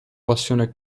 passione